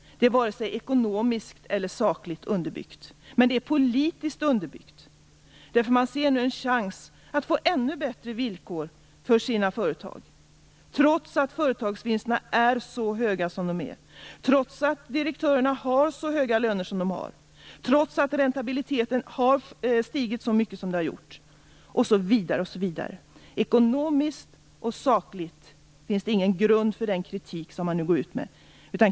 Det är varken ekonomiskt eller sakligt underbyggt, men det är politiskt underbyggt. Man ser nu en chans att få ännu bättre villkor för sina företag, trots att företagsvinsterna är så höga som de är, trots att direktörerna har så höga löner som de har, trots att räntabiliteten har stigit så mycket som den har gjort osv. Ekonomiskt och sakligt finns det ingen grund för den kritik som man nu går ut med.